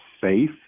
safe